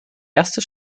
erste